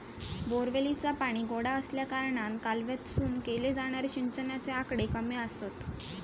बोअरवेलीचा पाणी गोडा आसल्याकारणान कालव्यातसून केले जाणारे सिंचनाचे आकडे कमी आसत